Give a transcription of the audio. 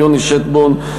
יוני שטבון,